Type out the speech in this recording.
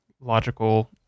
logical